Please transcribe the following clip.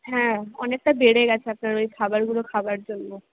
হ্যাঁ অনেকটা বেড়ে গেছে আপনার ওই খাবারগুলো খাওয়ার জন্য